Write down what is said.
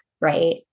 right